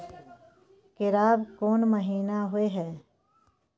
केराव कोन महीना होय हय?